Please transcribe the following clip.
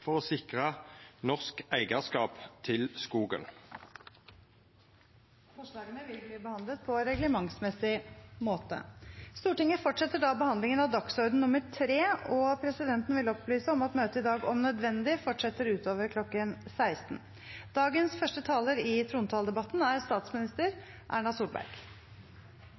for å sikra norsk eigarskap til skogen. Forslagene vil bli behandlet på reglementsmessig måte. Presidenten vil opplyse om at møtet i dag om nødvendig fortsetter utover kl. 16.